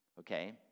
Okay